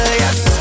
yes